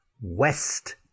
West